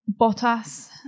Bottas